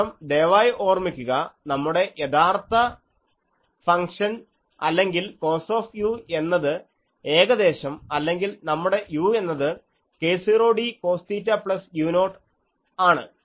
കാരണം ദയവായി ഓർമിക്കുക നമ്മുടെ യഥാർത്ഥ ഫംഗ്ഷൻ അല്ലെങ്കിൽ cos എന്നത് ഏകദേശം അല്ലെങ്കിൽ നമ്മുടെ u എന്നത് k0d cos θ u0 ആണ്